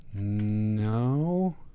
no